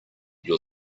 your